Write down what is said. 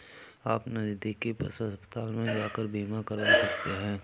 आप नज़दीकी पशु अस्पताल में जाकर बीमा करवा सकते है